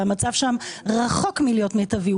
והמצב שם רחוק מלהיות מיטבי.